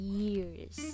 years